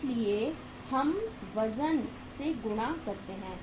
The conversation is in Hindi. इसलिए हम वज़न से गुणा कर रहे हैं